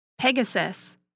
Pegasus